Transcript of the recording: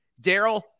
Daryl